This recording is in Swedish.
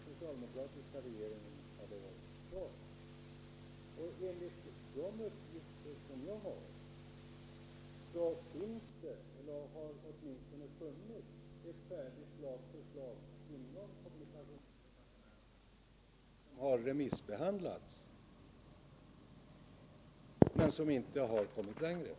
Vi skulle ha fått en proposition i fjol höst om den socialdemokratiska regeringen suttit kvar. Enligt de uppgifter jag har finns det eller har åtminstone funnits ett färdigt lagförslag inom kommunikationsdepartementet, som även remissbehandlats. Men det har inte kommit längre.